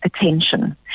attention